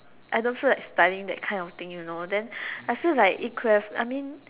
I don't feel like studying that kind of thing you know then I feel like it could have I mean